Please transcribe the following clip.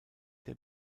der